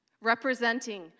representing